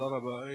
תודה רבה.